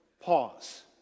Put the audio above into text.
Pause